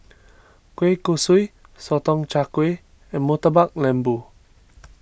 Kueh Kosui Sotong Char Kway and Murtabak Lembu